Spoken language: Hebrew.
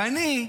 ואני,